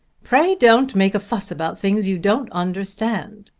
pray don't make a fuss about things you don't understand,